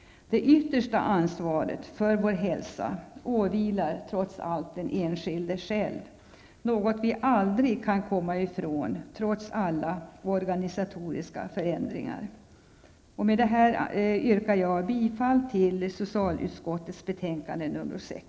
Det yttersta ansvaret för hälsan åvilar trots allt den enskilde själv, något vi aldrig kan komma ifrån trots alla organisatoriska förändringar. Med det anförda yrkar jag bifall till hemställan i socialutskottets betänkande 6.